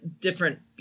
different